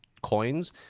coins